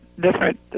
different